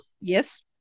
Yes